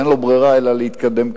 אין לו ברירה אלא להתקדם קדימה.